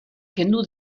kendu